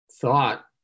thought